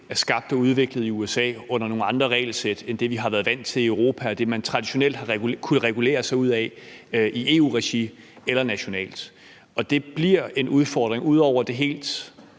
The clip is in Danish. er skabt og udviklet i USA under nogle andre regelsæt end det, vi har været vant til i Europa, og det, man traditionelt har kunnet regulere sig ud af i EU-regi eller nationalt. Og det bliver en udfordring ud over, at det